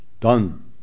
done